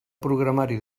programari